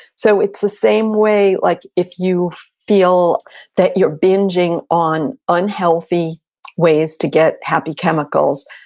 so it's the same way like if you feel that you're binging on unhealthy ways to get happy chemicals,